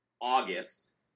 August